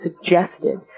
suggested